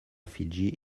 fiji